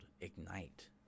ignite